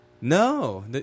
No